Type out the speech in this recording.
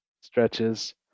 stretches